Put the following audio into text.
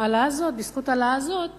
ובזכות ההעלאה הזאת